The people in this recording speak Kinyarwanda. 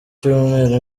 cyumweru